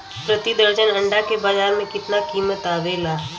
प्रति दर्जन अंडा के बाजार मे कितना कीमत आवेला?